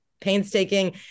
painstaking